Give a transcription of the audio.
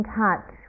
touch